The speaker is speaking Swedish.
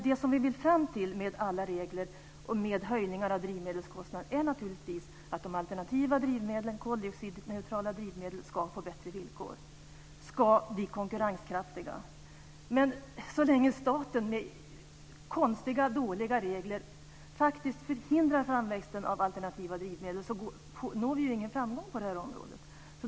Det som vi vill komma fram till genom höjning av drivmedelskostnaderna är naturligtvis att de alternativa koldioxidneutrala drivmedlen ska få bättre villkor och bli konkurrenskraftiga. Men så länge staten med konstiga och dåliga regler faktiskt förhindrar framväxten av alternativa drivmedel når vi ingen framgång på det här området.